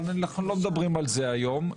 אבל אנו לא מדברים על זה היום.